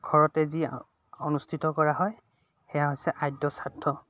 ঘৰতে যি অনুষ্ঠিত কৰা হয় সেয়া হৈছে আদ্য শ্ৰাদ্ধ